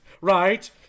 Right